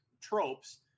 tropes